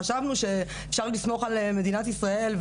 חשבנו שאפשר לסמוך על מדינת ישראל,